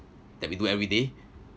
that we do every day